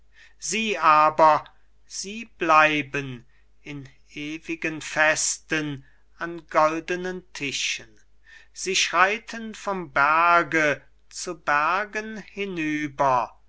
sie aber sie bleiben in ewigen festen an goldenen tischen sie schreiten vom berge zu bergen hinüber